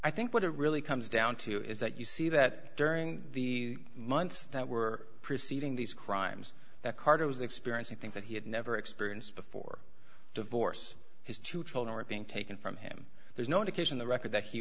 i think what it really comes down to is that you see that during the months that were preceding these crimes carter was experiencing things that he had never experienced before divorce his two children were being taken from him there's no indication the record that he